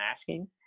asking